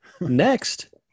Next